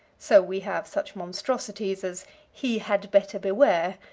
so we have such monstrosities as he had better beware,